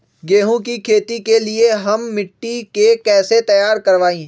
गेंहू की खेती के लिए हम मिट्टी के कैसे तैयार करवाई?